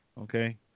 Okay